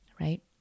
right